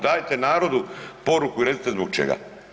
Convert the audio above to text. Dajte narodu poruku i recite zbog čega.